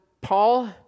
Paul